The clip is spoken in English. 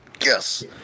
yes